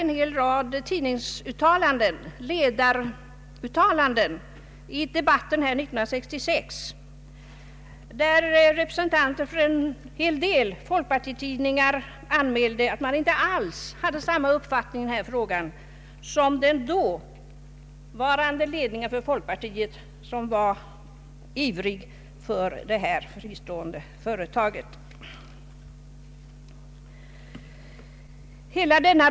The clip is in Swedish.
Jag citerade vid debatten här i kammaren år 1966 en hel rad ledaruttalanden som visade att åtskilliga folkpartitidningar inte alls hade samma uppfattning i denna fråga som den dåvarande ledningen för folkpartiet, som var en ivrig förespråkare för ett fristående företag.